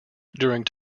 during